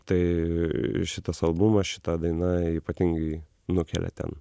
tai šitas albumas šita daina ypatingai nukelia ten